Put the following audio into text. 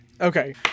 Okay